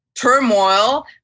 turmoil